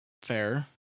fair